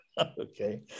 Okay